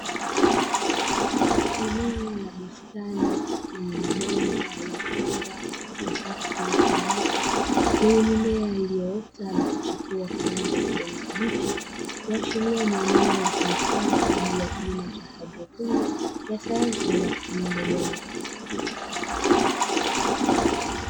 Eneo la bustani lenye mabomba yaliyopangwa katika safu zilizonyooka zenye mimea iliyoota na kuchipua kwa rangi ya kijani kibichi, kuashiria ni eneo litumikalo kwa ajili ya kilimo cha haidroponi ya sayansi bila kutumia udongo.